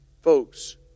Folks